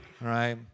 right